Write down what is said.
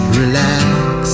relax